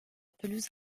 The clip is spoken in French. pelouse